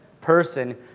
person